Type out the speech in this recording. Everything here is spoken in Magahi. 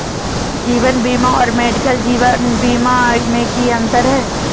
जीवन बीमा और मेडिकल जीवन बीमा में की अंतर है?